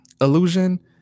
illusion